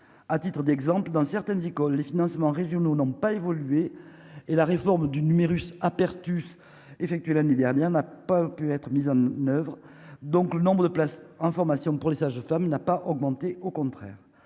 à titre d'exemple, dans certaines écoles, les financements régionaux n'ont pas évolué et la réforme du numerus apertus effectué l'année dernière n'a pas pu être mis en oeuvre, donc le nombre de places en formation pour les sages-femmes n'a pas augmenté au contraire